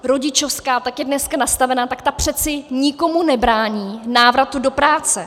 Rodičovská, jak je dnes nastavena, tak ta přeci nikomu nebrání návratu do práce.